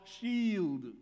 shield